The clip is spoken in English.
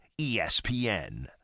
ESPN